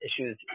issues